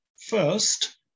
First